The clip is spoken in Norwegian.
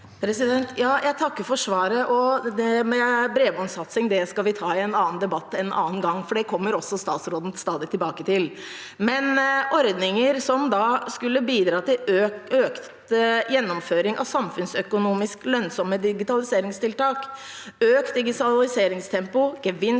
Jeg takker for svaret. Det med bredbåndsatsing skal vi ta i en annen debatt en annen gang, for det kommer statsråden stadig tilbake til. Ordningen som skulle bidra til økt gjennomføring av samfunnsøkonomisk lønnsomme digitaliseringstiltak, økt digitaliseringstempo,